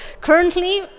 Currently